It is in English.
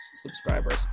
subscribers